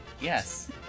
Yes